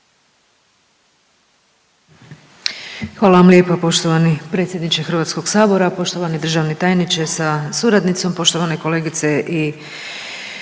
Hvala vam lijepa poštovani predsjedniče Hrvatskog sabora, poštovani državni tajniče sa suradnicom, poštovane kolegice i